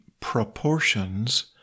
proportions